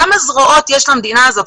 כמה זרועות יש למדינה הזאת?